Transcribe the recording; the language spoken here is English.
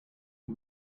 you